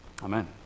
Amen